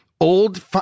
old